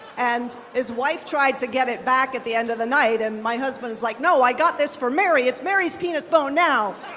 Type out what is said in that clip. and his wife tried to get it back at the end of the night, and my husband's like, no, i got this for mary. it's mary's penis bone now.